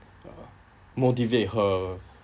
uh motivate her